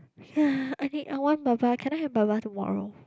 ya I think I want Baba can I have Baba tomorrow